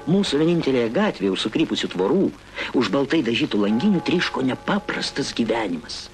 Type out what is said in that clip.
mūsų vienintelė gatvė už sukrypusių tvorų už baltai dažytų landynių tryško nepaprastas gyvenimas